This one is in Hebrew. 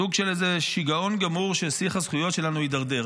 סוג של איזה שיגעון גמור ששיח הזכויות שלנו הידרדר.